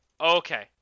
Okay